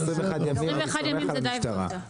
21 ימים זה דיי והותר.